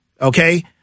Okay